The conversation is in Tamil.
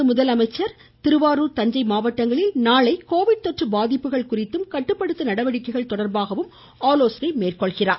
தொடர்ந்து முதலமைச்சர் நாளை திருவாரூர் தஞ்சை மாவட்டங்களில் கோவிட் தொற்று பாதிப்பு குறித்தும் கட்டுப்படுத்தும் நடவடிக்கைகள் தொடர்பாகவும் ஆலோசனை மேற்கொள்ள உள்ளார்